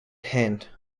hand